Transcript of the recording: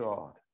God